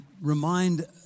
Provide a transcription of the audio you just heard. remind